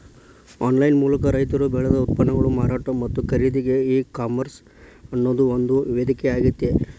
online ಮೂಲಕ ರೈತರು ಬೆಳದ ಉತ್ಪನ್ನಗಳ ಮಾರಾಟ ಮತ್ತ ಖರೇದಿಗೆ ಈ ಕಾಮರ್ಸ್ ಅನ್ನೋದು ಒಂದು ವೇದಿಕೆಯಾಗೇತಿ